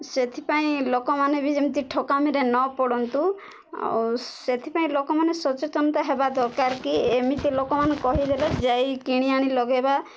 ସେଥିପାଇଁ ଲୋକମାନେ ବି ଯେମିତି ଠକାମିରେ ନ ପଡ଼ନ୍ତୁ ଆଉ ସେଥିପାଇଁ ଲୋକମାନେ ସଚେତନତା ହେବା ଦରକାରକ ଏମିତି ଲୋକମାନେ କହିଦେଲେ ଯାଇ କିଣି ଆଣି ଲଗାଇବା